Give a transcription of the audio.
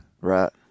Right